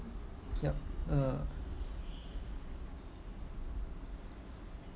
yup uh